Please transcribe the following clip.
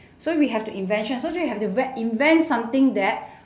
so we have to invention so so you have to ~vent invent something that